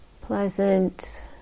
pleasant